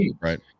Right